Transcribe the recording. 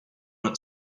that